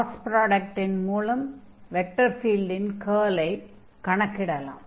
cross ப்ராடக்ட்டின் மூலம் vector ஃபீல்டின் கர்லை கணக்கிடலாம்